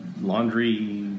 laundry